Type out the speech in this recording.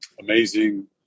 amazing